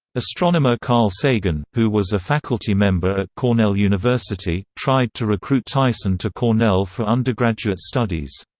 astronomer carl sagan, who was a faculty member at cornell university, tried to recruit tyson to cornell for undergraduate studies.